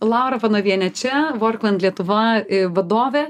laura panovienė čia vorkland lietuva vadovė